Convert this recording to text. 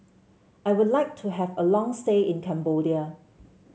I would like to have a long stay in Cambodia